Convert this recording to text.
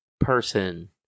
person